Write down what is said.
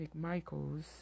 McMichaels